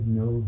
no